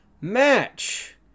match